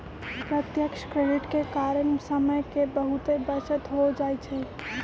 प्रत्यक्ष क्रेडिट के कारण समय के बहुते बचत हो जाइ छइ